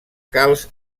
calç